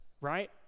right